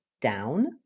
down